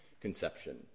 conception